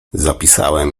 zapisałem